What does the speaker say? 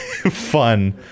fun